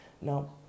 Now